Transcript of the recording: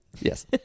Yes